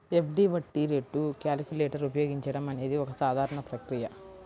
FD వడ్డీ రేటు calculator ఉపయోగించడం అనేది ఒక సాధారణ ప్రక్రియ